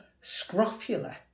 Scrofula